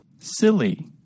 Silly